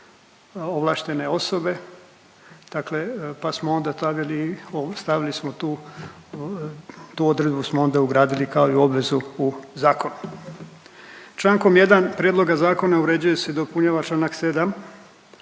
ovlaštene osobe, dakle pa smo onda stavili ovu stavili smo tu, tu odredbu smo onda ugradili kao i obvezu u zakon. Čl. 1 prijedloga zakona uređuje se i dopunjava čl. 7